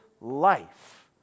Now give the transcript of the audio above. life